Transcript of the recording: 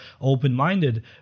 open-minded